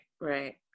Right